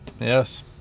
Yes